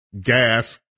Gas